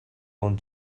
want